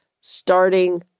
starting